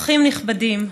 אורחים נכבדים,